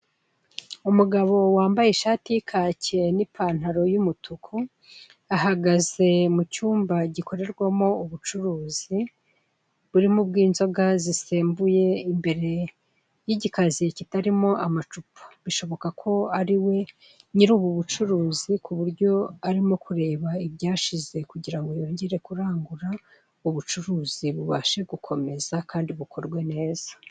Umugabo wambaye ishati y'ikake n'ipantaro y'umutuku, ahagaze mu cyumba gikorerwamo ubucuruzi birimo ubw'inzoga zisembuye, imbere y'igikaziye kitarimo amacupa. Bishoboka ko ari nyir'ubu bucuruzi, ku buryo arimo kureba ibyashize kugira ngo yongere kurangura ubucuruzi bubashe gukomeza kandi bukorwe neza.